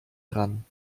dran